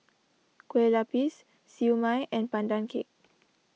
Kueh Lapis Siew Mai and Pandan Cake